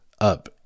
up